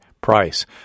price